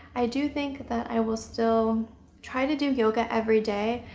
i do think that i will still try to do yoga every day,